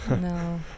No